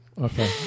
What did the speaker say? Okay